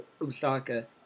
Osaka